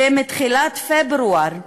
ומתחילת פברואר,